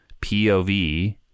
pov